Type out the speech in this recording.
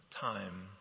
time